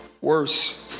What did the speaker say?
worse